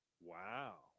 Wow